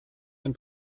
ein